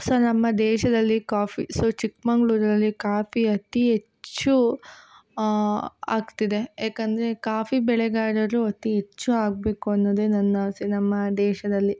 so ನಮ್ಮ ದೇಶದಲ್ಲಿ coffee so ಚಿಕ್ಮಗ್ಳೂರಲ್ಲಿ ಕಾಪಿ ಅತಿ ಹೆಚ್ಚು ಆಗ್ತಿದೆ ಯಾಕಂದರೆ ಕಾಫಿ ಬೆಳೆಗಾರರು ಅತಿ ಹೆಚ್ಚು ಆಗಬೇಕು ಅನ್ನೋದೇ ನನ್ನ ಆಸೆ ನಮ್ಮ ದೇಶದಲ್ಲಿ